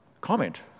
comment